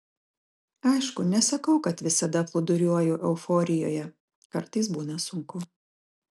aišku nesakau kad visada plūduriuoju euforijoje kartais būna sunku